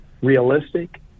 realistic